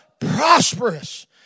Prosperous